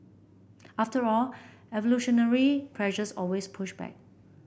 after all evolutionary pressures always push back